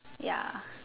ya